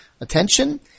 attention